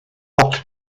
not